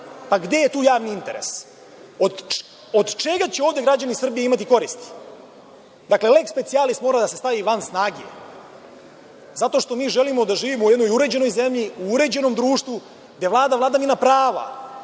gde je tu javni interes? Od čega će ovde građani Srbije imati koristi? Dakle, leks specijalis mora da se stavi van snage, zato što mi želimo da živimo u jednoj uređenoj zemlji, u uređenom društvu gde vlada vladavina prava,